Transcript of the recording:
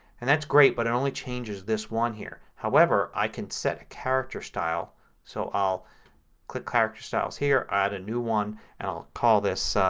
and that's great but it only changes this one here. however i can set a character style so i'll click character styles here, i'll add a new one and i'll call this